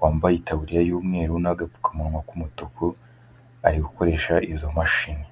wambaye itaburiya y'umweru n'agapfukamunwa k'umutuku ari gukoresha izo mashini.